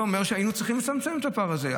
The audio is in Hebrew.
זה אומר שהיינו צריכים לצמצם את הפער הזה.